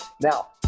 Now